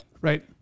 Right